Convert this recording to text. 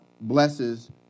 blesses